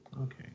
Okay